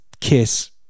kiss